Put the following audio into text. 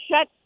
shut